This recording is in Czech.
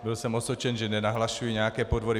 Byl jsem osočen, že nenahlašuji nějaké podvody.